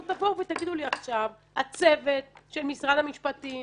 תבואו ותגידו לי עכשיו הצוות של משרד המשפטים,